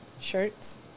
shirts